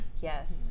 Yes